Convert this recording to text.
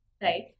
Right